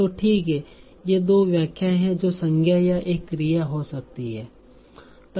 तो ठीक है ये दो व्याख्याएं हैं जो संज्ञा या एक क्रिया हो सकती हैं